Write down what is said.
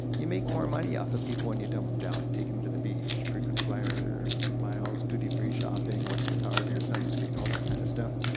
you make more money off of people when you dumb em down. take em to the beach, frequent flyer miles, duty free shopping, what's the power of your sunscreen, all that kind of stuff.